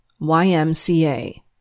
YMCA